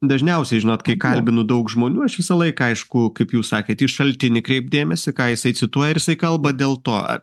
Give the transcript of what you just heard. dažniausiai žinot kai kalbinu daug žmonių aš visą laiką aišku kaip jūs sakėt į šaltinį kreipk dėmesį ką jisai cituoja ir jisai kalba dėl to